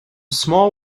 small